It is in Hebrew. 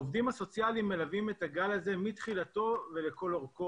העובדים הסוציאליים מלווים את הגל הזה מתחילתו ולכל אורכו.